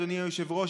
אדוני היושב-ראש,